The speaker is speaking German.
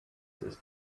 ist